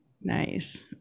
Nice